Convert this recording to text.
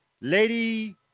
Lady